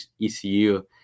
ECU